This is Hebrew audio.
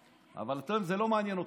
אבל אתם, זה לא מעניין אתכם.